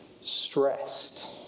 stressed